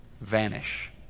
vanish